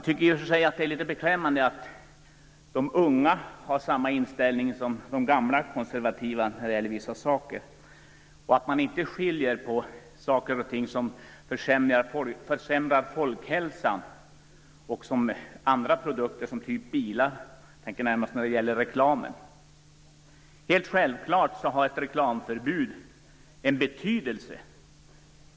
Det är litet beklämmande att de unga har samma inställning som de gamla konservativa i vissa frågor och att man inte skiljer på sådana produkter som innebär försämringar av folkhälsan och andra produkter, som bilar - jag tänker då närmast på reklamen. Helt självklart har ett reklamförbud en betydelse.